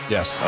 Yes